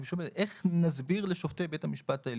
איך נסביר לשופטי בית המשפט?